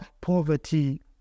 poverty